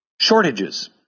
shortages